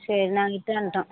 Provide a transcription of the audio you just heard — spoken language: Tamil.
சரி நாங்கள் இட்டாண்டோம்